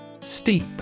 Steep